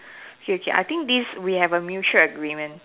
K okay I think this we have a mutual agreement